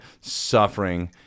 suffering